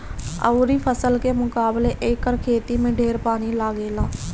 अउरी फसल के मुकाबले एकर खेती में ढेर पानी लागेला